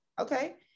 okay